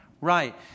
Right